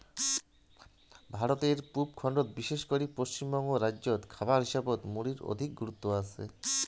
ভারতর পুব খণ্ডত বিশেষ করি পশ্চিমবঙ্গ রাইজ্যত খাবার হিসাবত মুড়ির অধিকো গুরুত্ব আচে